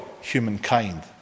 humankind